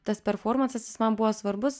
tas performansas jis man buvo svarbus